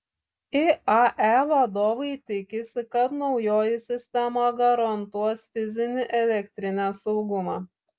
iae vadovai tikisi kad naujoji sistema garantuos fizinį elektrinės saugumą